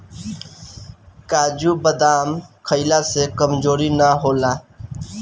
काजू बदाम खइला से कमज़ोरी ना होला